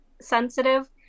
sensitive